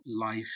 life